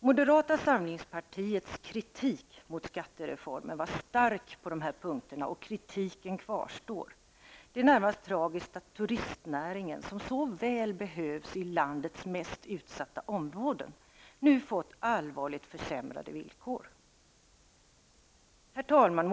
Moderata samlingspartiets kritik mot skattereformen var stark på de här punkterna och kritiken kvarstår. Det är närmast tragiskt att turistnäringen, som så väl behövs i landets mest utsatta områden, nu fått allvarligt försämrade villkor. Herr talman!